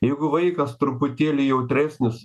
jeigu vaikas truputėlį jautresnis